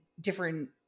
different